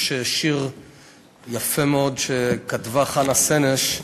יש שיר יפה מאוד שכתבה חנה סנש.